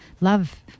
Love